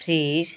fridge